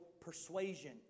persuasion